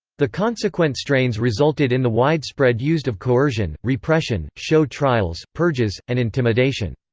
the consequent strains resulted in the widespread used of coercion, repression, show trials, purges, and intimidation.